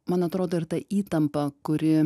man atrodo ir ta įtampa kuri